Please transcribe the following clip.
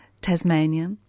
Tasmania